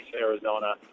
Arizona